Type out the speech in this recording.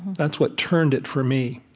that's what turned it for me